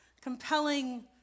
compelling